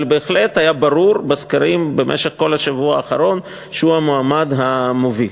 אבל בהחלט היה ברור בסקרים במשך כל השבוע האחרון שהוא המועמד המוביל.